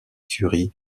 curie